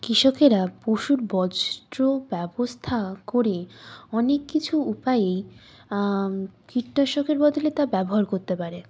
কৃষকেরা পশুর বজ্র ব্যবস্থা করে অনেক কিছু উপায়েই কীটনাশকের বদলে তা ব্যবহার করতে পারে